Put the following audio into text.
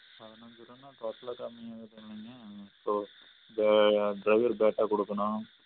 பதினஞ்சு ருபான்னா அப்போ அவ்வளோ கம்மி இப்போது டிரைவர் பேட்டா கொடுக்கணும்